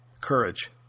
courage